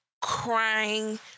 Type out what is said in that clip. crying